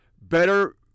better